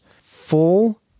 full